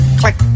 click